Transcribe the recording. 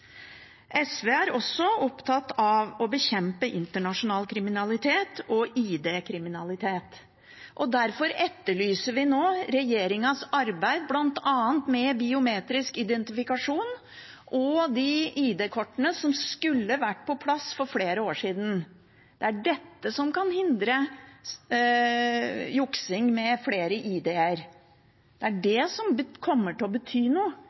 SV er også opptatt av å bekjempe internasjonal kriminalitet og ID-kriminalitet. Derfor etterlyser vi nå regjeringens arbeid med bl.a. biometrisk identifikasjon og ID-kort, som skulle vært på plass for flere år siden. Det er dette som kan hindre juksing med flere ID-er. Det er det som kommer til å bety noe,